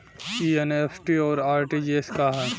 ई एन.ई.एफ.टी और आर.टी.जी.एस का ह?